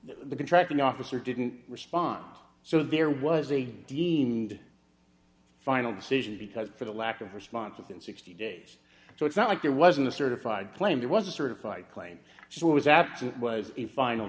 the contract the officer didn't respond so there was a deemed final decision because for the lack of response within sixty days so it's not like there wasn't a certified claimed it was a certified plane so what was absent was a final